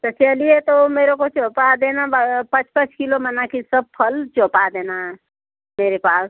तो चलिए तो मेरे को चाहूपा देना पाँच पाँच किलो बनाकर सब फल चाहूपा देना मेरे पास